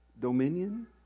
dominion